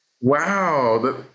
Wow